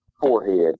forehead